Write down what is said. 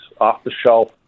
off-the-shelf